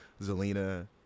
Zelina